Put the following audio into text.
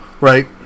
Right